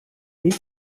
niet